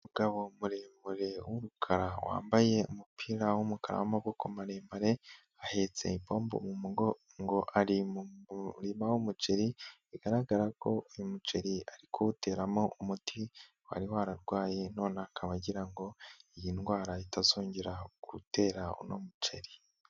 Umugabo muremure w'urukara wambaye umupira w'umukara w'amamaboko maremare, ahetse impombo mu mugongo ari mu murima w'umuceri, bigaragara ko uyu muceri ari kuwuteramo umuti wari wararwaye, none akaba agira ngo iyi ndwara itazongera gutera uno muceri.